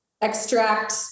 extract